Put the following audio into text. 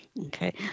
Okay